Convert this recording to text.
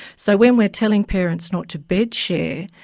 so when we're telling parents not to bedshare,